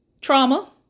Trauma